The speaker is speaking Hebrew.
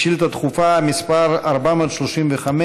שאילתה דחופה מס' 435,